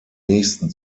nächsten